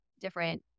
different